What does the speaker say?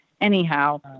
anyhow